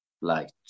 light